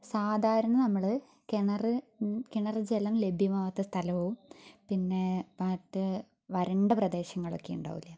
സാധാരണ നമ്മൾ കിണർ കിണർ ജലം ലഭ്യമാവാത്ത സ്ഥലവും പിന്നെ മറ്റു വരണ്ട പ്രദേശങ്ങളൊക്കെ ഉണ്ടാവില്ലേ